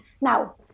now